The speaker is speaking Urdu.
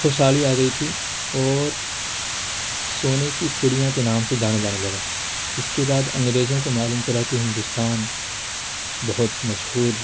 خوش حالی آ گئی تھی اور سونے کی چڑیا کے نام سے جانا جانے لگا جس کے بعد انگریزوں کو معلوم چلا کہ ہندوستان بہت مشہور